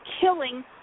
killing